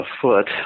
afoot